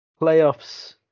playoffs